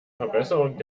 verbesserung